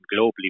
globally